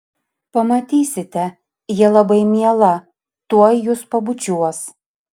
pamatysite ji labai miela tuoj jus pabučiuos